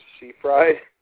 Seafried